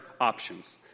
options